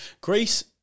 Greece